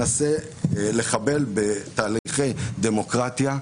שמנסה לחבל בתהליכי דמוקרטיה.